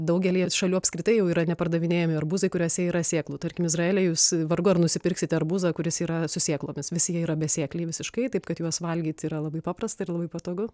daugelyje šalių apskritai jau yra nepardavinėjami arbūzai kuriuose yra sėklų tarkim izraely jūs vargu ar nusipirksite arbūzą kuris yra su sėklomis visi jie yra besėkliai visiškai taip kad juos valgyti yra labai paprasta ir labai patogu